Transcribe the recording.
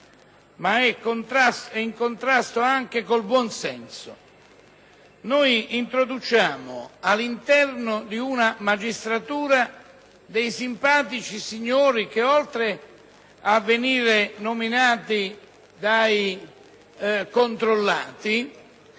è in contrasto anche con il buon senso. Introduciamo all'interno di una magistratura simpatici signori che, oltre ad essere nominati dai controllati,